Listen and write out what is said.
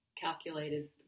calculated